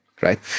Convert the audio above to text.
Right